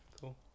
cool